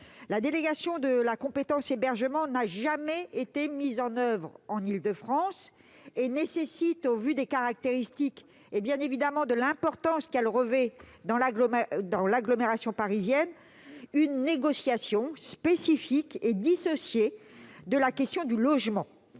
La délégation de la compétence hébergement n'a jamais été mise en oeuvre en Île-de-France et nécessite, au vu des caractéristiques et de l'importance qu'elle revêt dans l'agglomération parisienne, une négociation spécifique et dissociée de la question du logement.